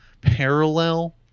parallel